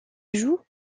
ajout